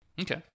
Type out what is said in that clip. Okay